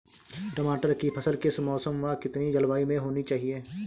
टमाटर की फसल किस मौसम व कितनी जलवायु में होनी चाहिए?